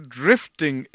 drifting